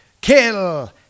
kill